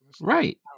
Right